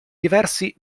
diversi